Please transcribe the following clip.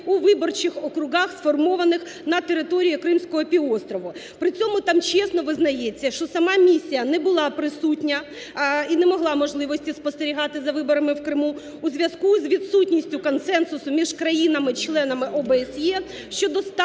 у виборчих округах, сформованих на території Кримського півострову. При цьому там чесно визнається, що сама місія не була присутня і не мала можливості спостерігати за виборами в Криму у зв'язку з відсутністю консенсусу між країнами-членами ОБСЄ щодо статусу